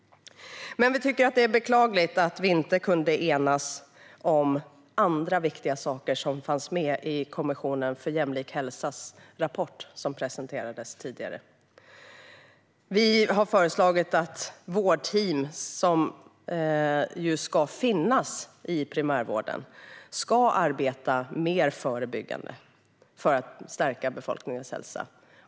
Vi tycker att det är beklagligt att vi inte kunde enas om andra viktiga saker som fanns med i den rapport från Kommissionen för jämlik hälsa som presenterades tidigare. Vi har föreslagit att vårdteam, som ju ska finnas i primärvården, ska arbeta mer förebyggande för att stärka befolkningens hälsa.